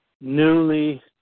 newly